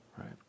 right